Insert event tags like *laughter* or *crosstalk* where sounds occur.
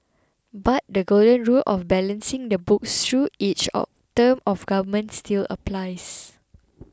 but the golden rule of balancing the books through each *unintelligible* term of government still applies